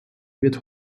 wird